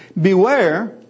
beware